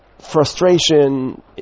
Frustration